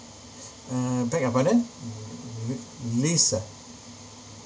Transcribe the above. uh beg your pardon uh uh lease ah